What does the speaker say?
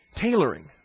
tailoring